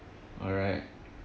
alright